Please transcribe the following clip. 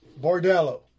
Bordello